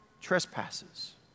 trespasses